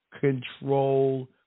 control